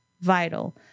vital